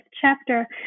chapter